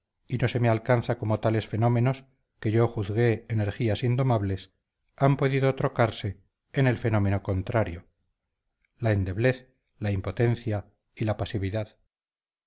y no se me alcanza como tales fenómenos que yo juzgué energías indomables han podido trocarse en el fenómeno contrario la endeblez la impotencia y la pasividad